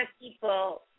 people